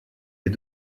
les